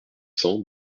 cents